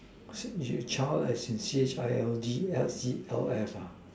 is your child I insist I N D O C L S